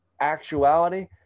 actuality